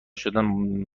شدن